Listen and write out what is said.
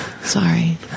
Sorry